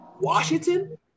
Washington